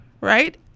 right